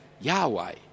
Yahweh